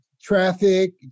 traffic